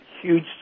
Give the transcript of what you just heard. huge